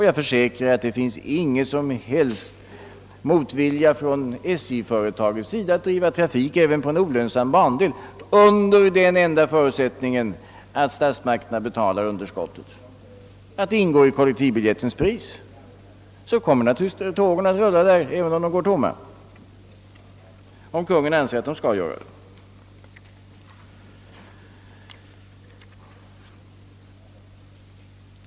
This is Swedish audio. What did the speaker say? Jag försäkrar att det inte finns någon som helst motvilja hos SJ mot att under sådana förhållanden driva trafik även på olönsamma bandelar — under en enda förutsättning: att statsmakterna betalar underskottet. Ingår detta i kollektivbiljettens pris, så kommer tågen att rulla även om de är tomma, ifall Kungl. Maj:t anser att de skall göra det.